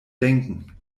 denken